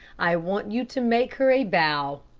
i want you to make her a bow.